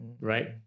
right